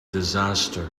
disaster